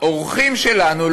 שהאורחים שלנו,